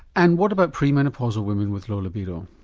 and what about premenopausal women with low libido?